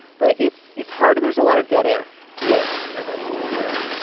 but it's it's hard and there's a lot of dead air yeah, i can imagine. that's right.